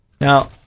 Now